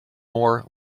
more